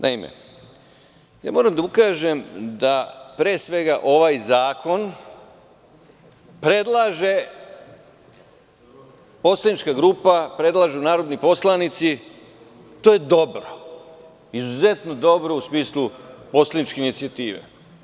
Naime, moram da ukažem da pre svega ovaj zakon predlaže poslanička grupa, predlažu narodni poslanici, to je dobro, izuzetno dobro u smislu poslaničke inicijative.